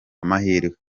amahirwe